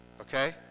okay